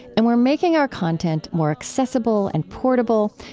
and we're making our content more accessible and portable.